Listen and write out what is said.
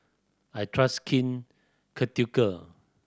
I trust Skin Ceutical